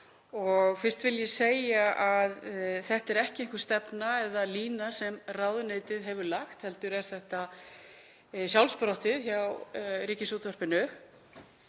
Fyrst vil ég segja að þetta er ekki einhver stefna eða lína sem ráðuneytið hefur lagt heldur er þetta sjálfsprottið hjá Ríkisútvarpinu.